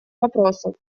вопросов